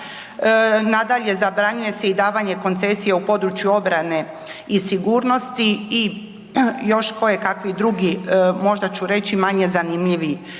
nadalje zabranjuje se i davanje koncesije u području obrane i sigurnosti i još kojekakvih drugih, možda ću reći manje zanimljivi